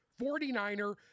49er